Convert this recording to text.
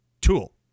tool